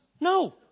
No